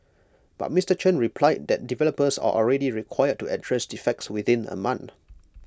but Mister Chen replied that developers are already required to address defects within A month